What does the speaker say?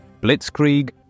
Blitzkrieg